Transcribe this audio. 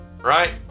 Right